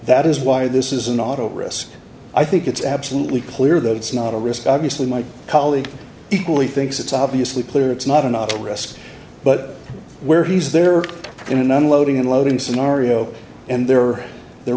that is why this is an auto risk i think it's absolutely clear that it's not a risk obviously my colleague equally thinks it's obviously poor it's not an auto risk but where he's there in unloading unloading scenario and there are there